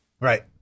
Right